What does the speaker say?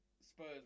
Spurs